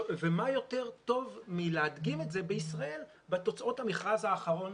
מה יותר טוב מלהדגים את זה בישראל בתוצאות המכרז האחרון